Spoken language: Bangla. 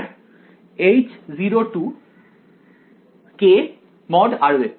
তাই H0k